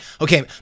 okay